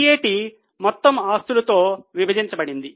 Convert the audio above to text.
PAT మొత్తం ఆస్తులతో విభజించబడింది